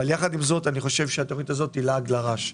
יחד עם זאת, אני חושב שהתוכנית הזאת היא לעג לרש,